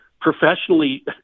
professionally